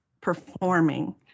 performing